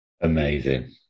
Amazing